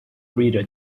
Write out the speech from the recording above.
rita